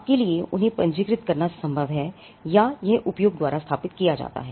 आपके लिए उन्हें पंजीकृत करना संभव है या यह उपयोग द्वारा स्थापित किया जाता है